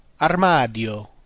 armadio